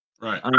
right